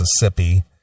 Mississippi